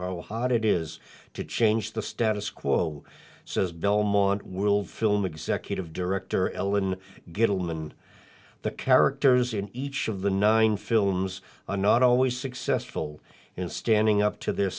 how hot it is to change the status quo says belmont world film executive director ellen get home and the characters in each of the nine films are not always successful in standing up to their